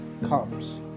comes